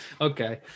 okay